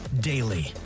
daily